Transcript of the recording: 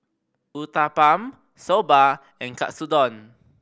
Uthapam Soba and Katsudon